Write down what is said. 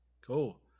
Cool